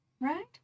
right